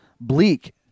bleak